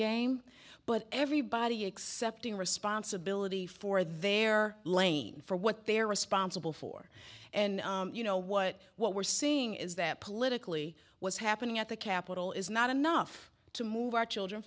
game but everybody accepting responsibility for their lane for what they're responsible for and you know what what we're seeing is that politically what's happening at the capitol is not enough to move our children